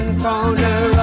corner